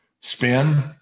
spin